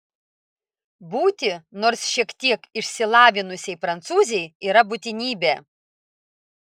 būti nors šiek tiek išsilavinusiai prancūzei yra būtinybė